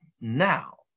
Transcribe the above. now